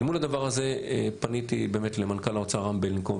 אל מול הדבר הזה פניתי למנכ"ל האוצר רם בלינקוב,